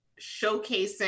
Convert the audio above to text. showcasing